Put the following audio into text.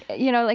you know, like